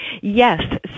Yes